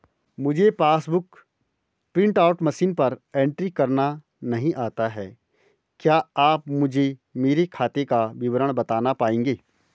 मुझे passbook book print out machine पर entry करना नहीं आता है क्या आप मुझे मेरे खाते का विवरण बताना पाएंगे?